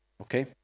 Okay